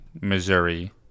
missouri